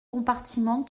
compartiment